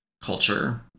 culture